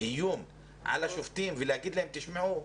איום על השופטים ולהגיד להם: תשמעו,